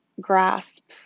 grasp